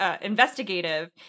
investigative